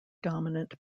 dominant